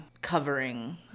covering